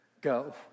go